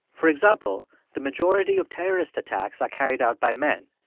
for example, the majority of terrorist attacks are carried out by men.